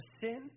sin